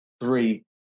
three